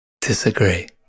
Disagree